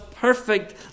perfect